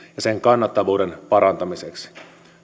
sen kannattavuuden parantamiseksi